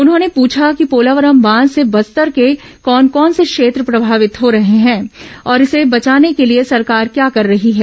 उन्होंने पूछा कि पोलावरम बांध से बस्तर के कौन कौन से क्षेत्र प्रभावित हो रहे हैं और इसे बचाने के लिए सरकार क्या कर रही है